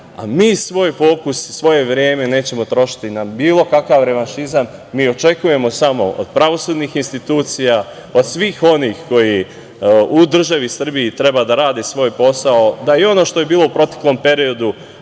a mi svoj fokus, svoje vreme nećemo trošiti na bilo kakav revanšizam. Mi očekujemo samo od pravosudnih institucija, od svih onih koji u državi Srbiji treba da rade svoj posao da i ono što je bilo u proteklom periodu